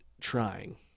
trying